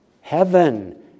Heaven